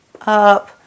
up